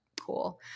Cool